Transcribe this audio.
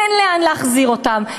אין לאן להחזיר אותם,